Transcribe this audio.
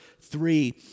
three